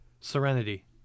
Serenity